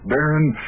Baron